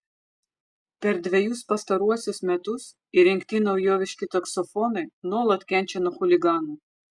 per dvejus pastaruosius metus įrengti naujoviški taksofonai nuolat kenčia nuo chuliganų